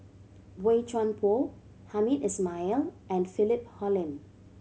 Boey Chuan Poh Hamed Ismail and Philip Hoalim